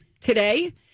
today